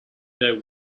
their